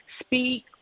speak